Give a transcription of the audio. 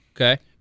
Okay